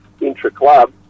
intra-club